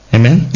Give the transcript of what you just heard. Amen